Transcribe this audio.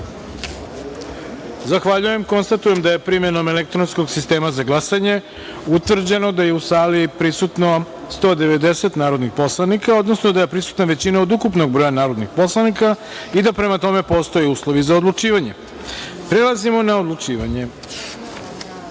jedinice. Zahvaljujem. Konstatujem da je, primenom elektronskog sistema za glasanje, utvrđeno da je u sali prisutno 190 narodnih poslanika, odnosno da je prisutna većina od ukupnog broja narodnih poslanika i da, prema tome, postoje uslovi za odlučivanje. Prelazimo na odlučivanje. Prva